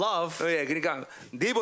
Love